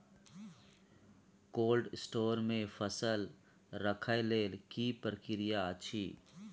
Cold store मे फसल रखय लेल की प्रक्रिया अछि?